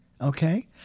okay